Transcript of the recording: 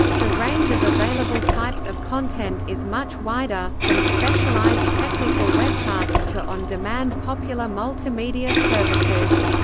the range of available types of content is much wider, from specialized technical webcasts to on-demand popular multimedia services.